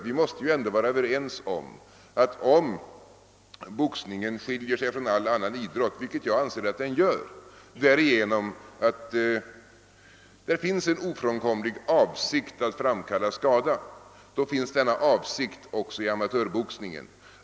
Vi måste vara överens om att boxningen skiljer sig från all annan idrott, vilket jag anser att den gör därigenom att det finns en ofrånkomlig avsikt att framkalla skada. Då finns denna avsikt också i amatörboxning.